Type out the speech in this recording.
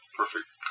perfect